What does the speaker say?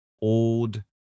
old